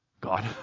God